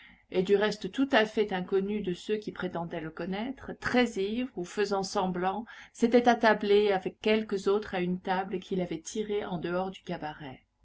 et du reste tout à fait inconnu de ceux qui prétendaient le connaître très ivre ou faisant semblant s'était attablé avec quelques autres à une table qu'ils avaient tirée en dehors du cabaret